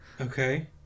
Okay